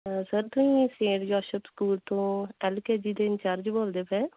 sir ਤੁਸੀਂ saint Joseph school ਤੋਂ L K G ਦੇ ਇੰਚਾਰਜ ਬੋਲਦੇ ਪਏ